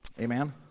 Amen